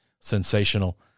sensational